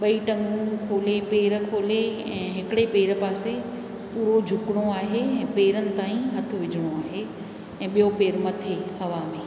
ॿई टंगूं खोले पेरु खोले ऐं हिकिड़े पेरु पासे पूरो झुकिणो आहे ऐं पेरु न ताईं हथु विझिणो आहे ऐं ॿियो पेरु मथे हवा में